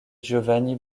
giovanni